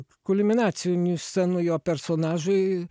kulminacinių scenų jo personažui